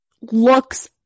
looks